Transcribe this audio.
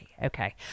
Okay